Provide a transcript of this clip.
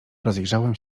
rozejrzałem